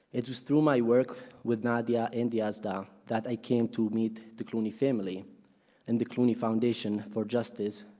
it was through my work with nadia and yazda that i came to meet the clooney family and the clooney foundation for justice.